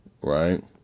right